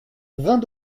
vingt